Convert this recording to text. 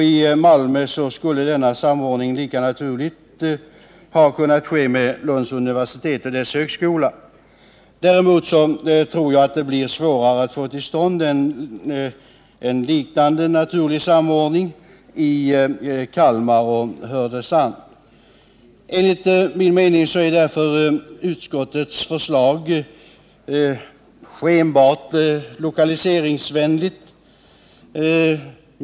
I Malmö skulle denna samordning lika naturligt ha kunnat ske med Lunds universitet och dess tekniska högskola. Däremot tror jag att det blir svårare att få till stånd en liknande naturlig samordning i Kalmar och Härnösand. Enligt min mening är därför utskottets förslag skenbart lokaliseringsvänligt.